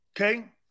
Okay